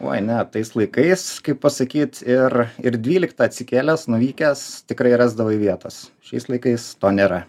oi ne tais laikais kaip pasakyt ir ir dvyliktą atsikėlęs nuvykęs tikrai rasdavai vietos šiais laikais to nėra